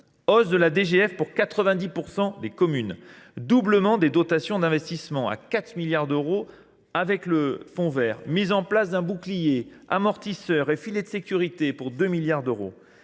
hausse de la DGF pour 90 % des communes ; doublement des dotations d’investissement à hauteur de 4 milliards d’euros avec le fonds vert ; mise en place d’un bouclier, d’un amortisseur et d’un filet de sécurité pour plus de 2 milliards d’euros.